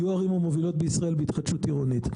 יהיו הערים המובילות בישראל בהתחדשות עירונית.